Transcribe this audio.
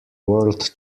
world